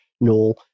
Noel